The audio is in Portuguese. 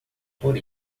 por